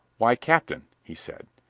why, captain, he said,